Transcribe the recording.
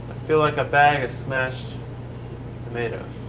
feel like a bag of smashed tomatoes.